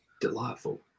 Delightful